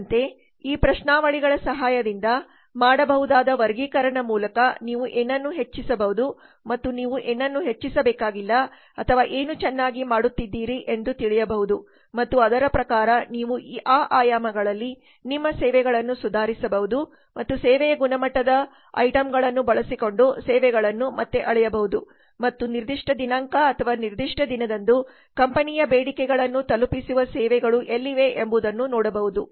ಅದರಂತೆ ಈ ಪ್ರಶ್ನಾವಳಿಗಳ ಸಹಾಯದಿಂದ ಮಾಡಬಹುದಾದ ವರ್ಗಿಕರಣ ಮೂಲಕ ನೀವು ಏನನ್ನು ಹೆಚ್ಚಿಸಬೇಕು ಮತ್ತು ನೀವು ಏನನ್ನು ಹೆಚ್ಚಿಸಬೇಕಾಗಿಲ್ಲ ಅಥವಾ ಏನು ಚೆನ್ನಾಗಿ ಮಾಡುತ್ತಿದ್ದೀರಿ ಎಂದು ತಿಳಿಯಬಹುಮತ್ತು ಅದರ ಪ್ರಕಾರ ನೀವು ಆ ಆಯಾಮಗಳಲ್ಲಿ ನಿಮ್ಮ ಸೇವೆಗಳನ್ನು ಸುಧಾರಿಸಬಹುದು ಮತ್ತು ಸೇವೆಯ ಗುಣಮಟ್ಟದ ವಸ್ತುಗಳನ್ನು ಬಳಸಿಕೊಂಡು ಸೇವೆಗಳನ್ನು ಮತ್ತೆ ಅಳೆಯಬಹುದು ಮತ್ತು ನಿರ್ದಿಷ್ಟ ದಿನಾಂಕ ಅಥವಾ ನಿರ್ದಿಷ್ಟ ದಿನದಂದು ಕಂಪನಿಯ ಬೇಡಿಕೆಗಳನ್ನು ತಲುಪಿಸುವ ಸೇವೆಗಳು ಎಲ್ಲಿವೆ ಎಂಬುದನ್ನು ನೋಡಬಹುದು